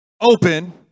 open